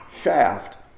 shaft